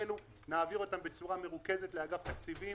נעביר את שמותיהם בצורה מרוכזת לאגף התקציבים.